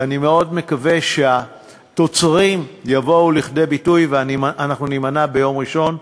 ואני מאוד מקווה שהתוצרים יבואו לכדי ביטוי ואנחנו נימנע ביום ראשון,